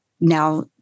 now